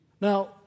Now